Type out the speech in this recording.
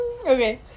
Okay